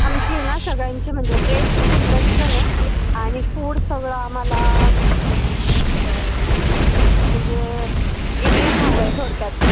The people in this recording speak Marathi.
आमची आहे ना सगळ्यांची म्हणजे ड्रेसचीच इन्व्हेस्ट पण आहे आणि फूड सगळं आम्हाला म्हणजे इंडियन हवं आहे थोडक्यात